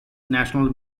national